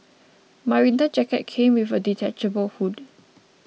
my winter jacket came with a detachable hood